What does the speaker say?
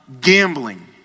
gambling